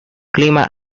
clima